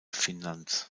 finnlands